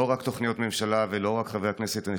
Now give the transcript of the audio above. לא רק תוכניות ממשלה ולא רק חברי הכנסת הנכבדים,